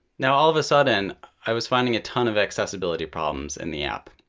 now, all of a sudden i was finding a ton of accessibility problems in the app.